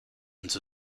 owns